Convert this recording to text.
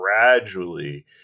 gradually